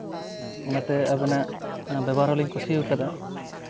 ᱚᱱᱟᱛᱮ ᱟᱵᱮᱱᱟᱜ ᱵᱮᱵᱚᱦᱟᱨ ᱦᱚᱸᱞᱤᱧ ᱠᱩᱥᱤ ᱟᱠᱟᱫᱟ